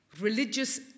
religious